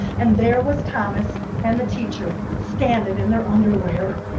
and there was thomas and the teacher standing in their underwear.